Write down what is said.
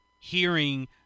hearing